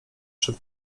przed